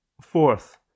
Fourth